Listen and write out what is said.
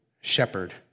shepherd